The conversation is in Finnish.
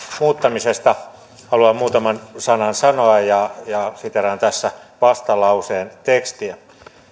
muuttamisesta haluan muutaman sanan sanoa ja ja siteeraan tässä vastalauseen tekstiä